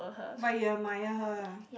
but you admire her ah